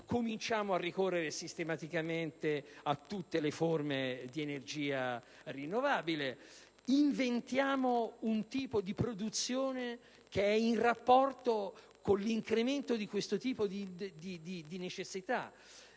cominciare a ricorrere sistematicamente a tutte le forme di energia rinnovabile; dovremmo inventare un tipo di produzione in rapporto all'incremento di questo tipo di necessità.